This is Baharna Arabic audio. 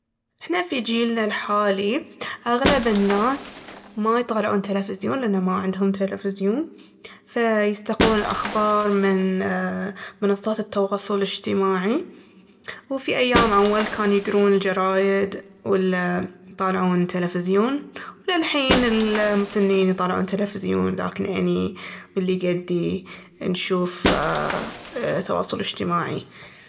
احنا في جيلنا الحالي أغلب الناس ما يطالعون تيلفزيون لأن ما عندهم تيلفزيون، فيستقون الأخبار من منصات التواصل الاجتماعي. وفي أيام أول كانوا يقرون الجرايد ويطالعون تيلفزيون، وللحين المسنين يطالعون تيلفزيون، لكن أني واللي قدي نشوف التواصل الاجتماعي.